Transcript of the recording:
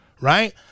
right